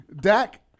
Dak